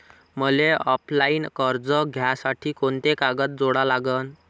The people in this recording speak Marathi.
मले ऑफलाईन कर्ज घ्यासाठी कोंते कागद जोडा लागन?